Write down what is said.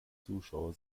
zuschauer